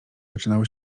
zaczynało